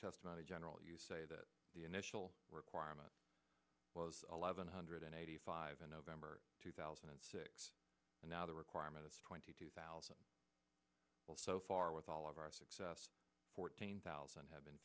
testimony general you say that the initial requirement was eleven hundred and eighty five in november two thousand and six and now the requirement of twenty two thousand well so far with all of our success fourteen thousand have been